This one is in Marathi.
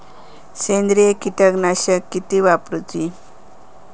सेंद्रिय कीटकनाशका किती वापरूची?